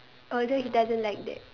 although he doesn't like that